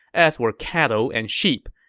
as were cattle and sheep.